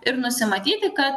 ir nusimatyti kad